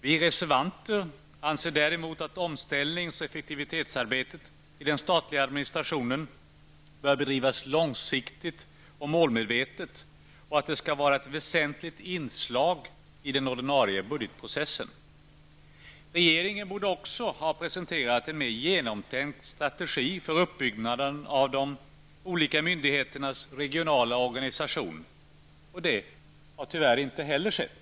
Vi reservanter anser däremot att omställnings och effektivitetsarbetet i den statliga administrationen bör bedrivas långsiktigt och målmedvetet. Vi anser också att det skall vara ett väsentligt inslag i den ordinarie budgetprocessen. Regeringen borde också ha presenterat en mer genomtänkt strategi för uppbyggnaden av de olika myndigheternas regionala organisation. Det har tyvärr inte heller skett.